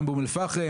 גם באום אל-פאחם,